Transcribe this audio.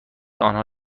آنها